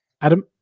Adam